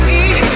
eat